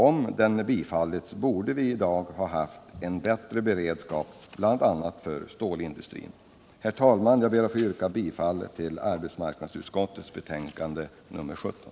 Om förslaget bifallits, borde vi i dag ha haft en bättre beredskap bl.a. för stålindustrin. Herr talman! Jag ber att få yrka bifall till arbetsmarknadsutskottets hemställan i betänkandet nr 17.